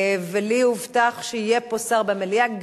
ולי הובטח שיהיה פה שר במליאה,